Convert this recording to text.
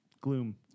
Gloom